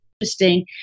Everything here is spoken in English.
interesting